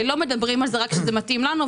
לא מדברים על זה רק כשזה מתאים לנו,